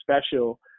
special